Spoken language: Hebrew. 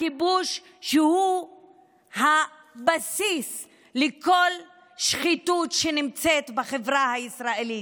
הכיבוש הוא הבסיס לכל שחיתות שנמצאת בחברה הישראלית,